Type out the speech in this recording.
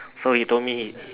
so he told me